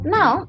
Now